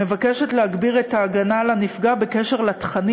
מבקשת להגביר את ההגנה על הנפגע בקשר לתכנים